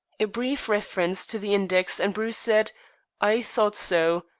a brief reference to the index, and bruce said i thought so.